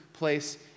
place